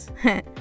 Heh